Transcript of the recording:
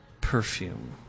perfume